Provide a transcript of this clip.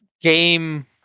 game